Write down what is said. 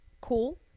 cool